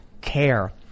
care